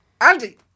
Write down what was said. Andy